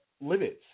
limits